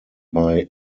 bei